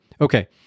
Okay